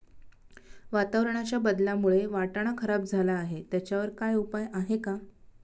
वातावरणाच्या बदलामुळे वाटाणा खराब झाला आहे त्याच्यावर काय उपाय आहे का?